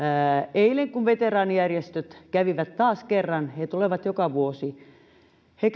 eilen kun veteraanijärjestöt kävivät taas kerran he tulevat joka vuosi he